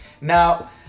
Now